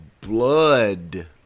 blood